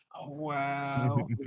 Wow